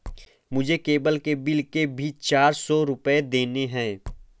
मुझे केबल के बिल के भी चार सौ रुपए देने हैं